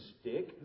stick